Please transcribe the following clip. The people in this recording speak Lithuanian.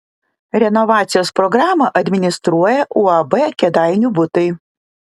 renovacijos programą administruoja uab kėdainių butai